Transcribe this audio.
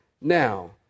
Now